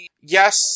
Yes